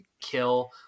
kill